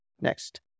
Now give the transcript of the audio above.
Next